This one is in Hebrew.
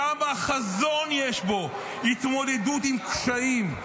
כמה חזון יש בו, התמודדות עם קשיים.